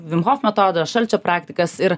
vin hof metodą šalčio praktikas ir